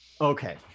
okay